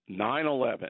9-11